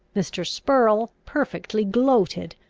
mr. spurrel perfectly gloated,